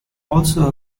also